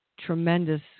tremendous